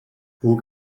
vous